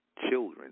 children